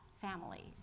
family